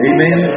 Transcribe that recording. Amen